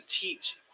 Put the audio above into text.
teach